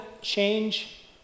change